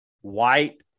white